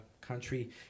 country